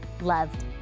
loved